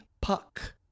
Puck